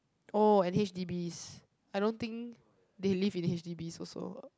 oh and h_d_bs I don't think they live in h_d_bs also